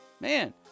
Man